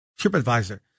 TripAdvisor